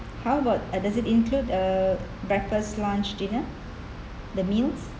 how about uh does it include uh breakfast lunch dinner the meals